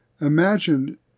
imagine